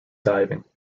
diving